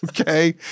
Okay